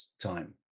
time